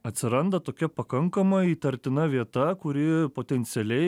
atsiranda tokia pakankamai įtartina vieta kuri potencialiai